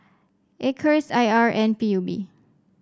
Acres I R and P U B